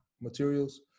materials